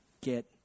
get